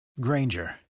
Granger